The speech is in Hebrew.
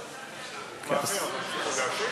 להשיב?